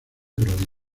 prodigio